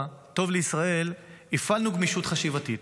טוב לישראל" הפעלנו גמישות חשיבתית,